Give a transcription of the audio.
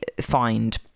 find